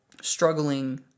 struggling